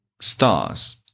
Stars